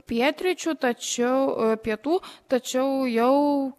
pietryčių tačiau pietų tačiau jau